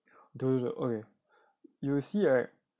do~ okay you see right